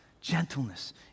Gentleness